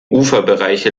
uferbereiche